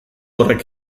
horrek